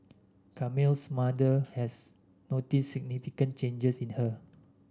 Camille's mother has noticed significant changes in her